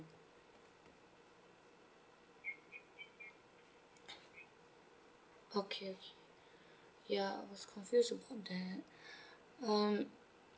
okay ya I was confused about that um